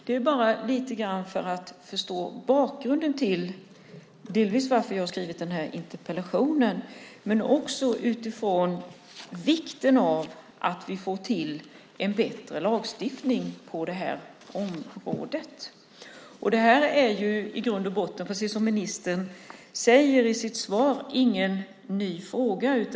Detta säger jag för att man ska förstå bakgrunden till att jag har skrivit den här interpellationen och vikten av att vi får en bättre lagstiftning på det här området. Precis som ministern säger i sitt svar är detta ingen ny fråga.